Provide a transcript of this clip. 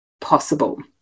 possible